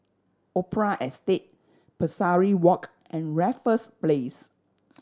Opera Estate Pesari Walk and Raffles Place